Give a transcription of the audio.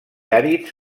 àrids